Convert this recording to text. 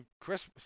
Chris